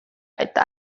eta